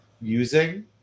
using